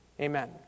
Amen